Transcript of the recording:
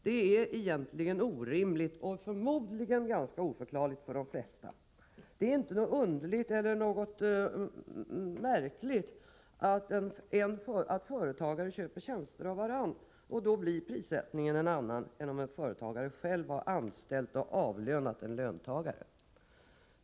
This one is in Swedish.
Det är egentligen orimligt och förmodligen ganska oförklarligt för de flesta. Det är inte något underligt eller märkligt att företagare köper tjänster av varandra. Då blir prissättningen en annan än om en företagare själv har anställt och avlönat en löntagare.